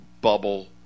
bubble